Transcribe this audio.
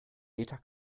meter